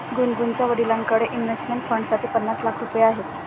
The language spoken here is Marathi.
गुनगुनच्या वडिलांकडे इन्व्हेस्टमेंट फंडसाठी पन्नास लाख रुपये आहेत